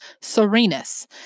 Serenus